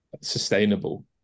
sustainable